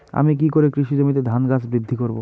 আমি কী করে কৃষি জমিতে ধান গাছ বৃদ্ধি করব?